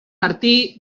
martí